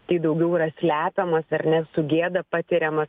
tai daugiau yra slepiamas ar ne su gėda patiriamas